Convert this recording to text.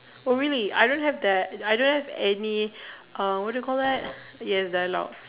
oh really I don't have that I don't have any uh what you call that yes dialogue